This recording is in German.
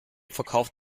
verkauft